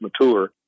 mature